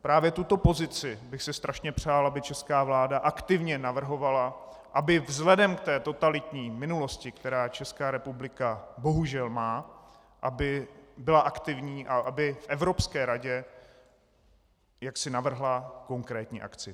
Právě tuto pozici bych si strašně přál, aby česká vláda aktivně navrhovala, aby vzhledem k té totalitní minulosti, kterou Česká republika bohužel má, aby byla aktivní a aby Evropské radě jaksi navrhla konkrétní akci.